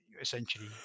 essentially